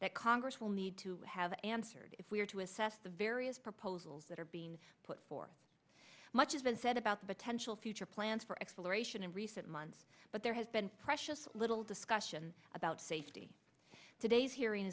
that congress will need to have answered if we are to assess the various proposals that are being put forth much has been said about the potential future plans for exploration in recent months but there has been precious little discussion about safety today's hearing